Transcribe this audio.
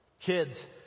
Kids